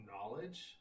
knowledge